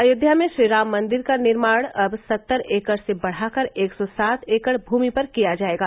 अयोध्या में श्रीराम मंदिर का निर्माण अब सत्तर एकड़ से बढ़ाकर एक सौ सात एकड़ भूमि पर किया जाएगा